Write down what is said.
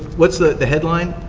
what's the the headline,